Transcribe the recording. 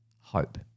hope